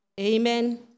Amen